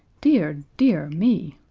dear, dear me!